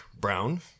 Brown